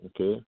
Okay